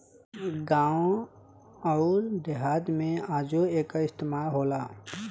गावं अउर देहात मे आजो एकर इस्तमाल होला